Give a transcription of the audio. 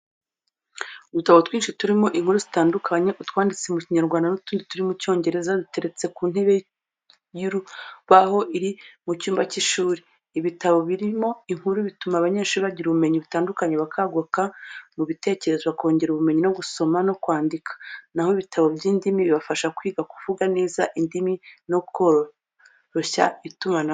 Udutabo twinshi turimo inkuru zitandukanye, utwanditse mu Kinyarwanda n'utundi turi mu Cyongereza duteretse ku ntebe y'urubaho iri mu cyumba cy'ishuri. Ibitabo birimo inkuru bituma abanyeshuri bagira ubumenyi butandukanye, bakaguka mu bitekerezo, bakongera ubumenyi mu gusoma no kwandika, na ho ibitabo by’indimi bibafasha kwiga kuvuga neza indimi no koroshya itumanaho.